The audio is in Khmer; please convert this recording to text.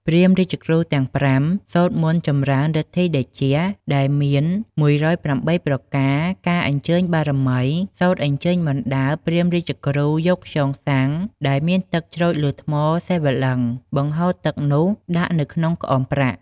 ព្រាហ្មណ៍រាជគ្រូទាំង៥ សូត្រមន្តចម្រើនឬទ្ធីតេជៈ ដែលមាន ១០៨ ប្រការ ការអញ្ជើញបារមី សូត្រអញ្ជើញបណ្ដើរ ព្រាហ្មណ៍រាជគ្រូយកខ្យងស័ង្កដែលមានទឹកច្រូចលើថ្ម សីវៈលិង្គ បង្ហូរទឹកនោះដាក់នៅក្នុងក្អមប្រាក់។